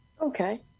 Okay